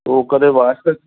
ਉਹ ਕਾਹਦੇ ਵਾਸਤੇ